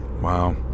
Wow